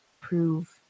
prove